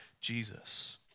Jesus